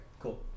Cool